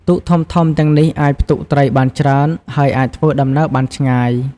ទូកធំៗទាំងនេះអាចផ្ទុកត្រីបានច្រើន ហើយអាចធ្វើដំណើរបានឆ្ងាយ។